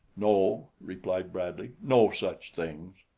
no, replied bradley. no such things.